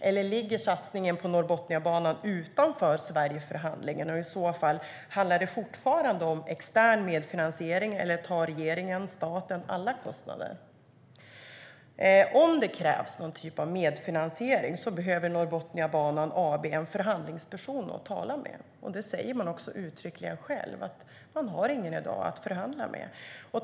Eller ligger satsningen på Norrbotniabanan utanför Sverigeförhandlingen, och handlar det i så fall fortfarande om extern medfinansiering, eller tar regeringen och staten alla kostnader? Om det krävs någon typ av medfinansiering behöver Norrbotniabanan AB en förhandlingsperson att tala med. Det säger man också själv uttryckligen. Man har i dag ingen att förhandla med.